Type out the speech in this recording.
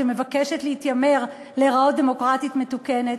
שמבקשת להתיימר להיראות דמוקרטית מתוקנת,